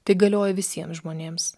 tai galioja visiems žmonėms